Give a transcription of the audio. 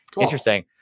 Interesting